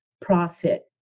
profit